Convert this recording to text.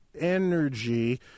energy